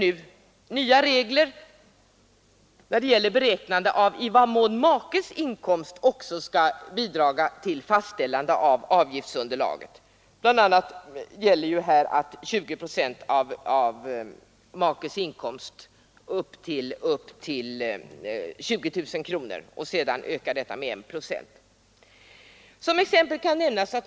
De innebär att vid beräkning av avgiftsunderlaget för återbetalningen hänsyn skall tas dels till den egna inkomsten, dels till 40 procent av makes inkomst upp till 20000 kronor, och denna procentsats ökar sedan med 1 procent för varje ytterligare tusental kronor.